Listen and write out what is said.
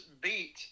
beat